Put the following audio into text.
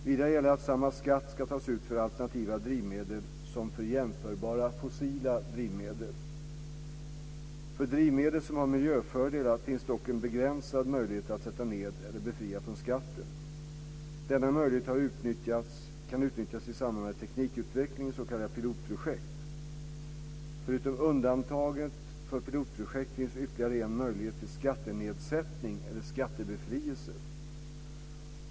Vidare gäller att samma skatt ska tas ut för alternativa drivmedel som för jämförbara fossila drivmedel. För drivmedel som har miljöfördelar finns det dock en begränsad möjlighet att sätta ned eller befria från skatten. Denna möjlighet kan utnyttjas i samband med teknikutveckling i s.k. pilotprojekt. Förutom undantaget för pilotprojekt finns ytterligare en möjlighet till skattenedsättning eller skattebefrielse.